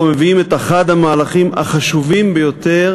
אנחנו מביאים את אחד המהלכים החשובים ביותר